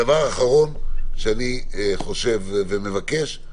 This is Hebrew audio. דבר אחרון שאני חושב ומבקש,